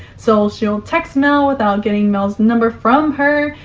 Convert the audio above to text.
so she'll text mel without getting mel's number from her,